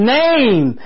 name